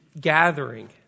gathering